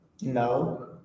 No